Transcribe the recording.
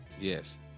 yes